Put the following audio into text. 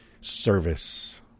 Service